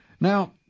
Now